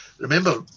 Remember